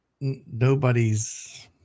nobody's